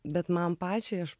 bet man pačiai aš